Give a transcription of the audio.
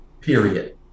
period